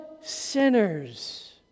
sinners